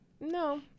No